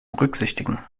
berücksichtigen